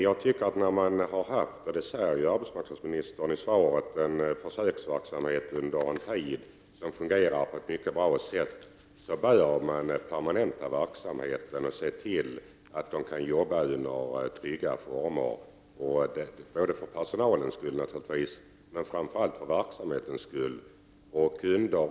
När man har haft en försöksverksamhet — det säger också arbetsmarknadsministern i sitt svar — som fungerat på ett mycket bra sätt, bör man permanenta verksamheten och se till att den kan bedrivas under trygga former, för personalens skull men framför allt för verksamhetens skull.